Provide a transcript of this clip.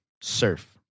Surf